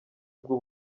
bw’u